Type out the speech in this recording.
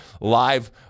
live